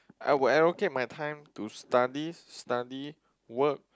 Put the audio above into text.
I will allocate my time to study study work